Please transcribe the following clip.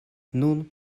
nun